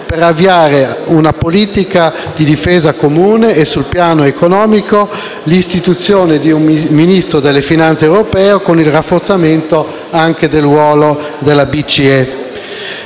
per avviare una politica di difesa comune e, sul piano economico, per istituire un Ministro delle finanze europeo, con il rafforzamento anche del ruolo della Banca